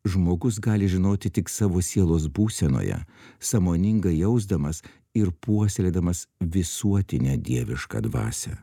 žmogus gali žinoti tik savo sielos būsenoje sąmoningai jausdamas ir puoselėdamas visuotinę dievišką dvasią